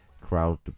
crowd